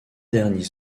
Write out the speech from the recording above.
derniers